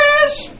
trash